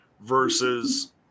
versus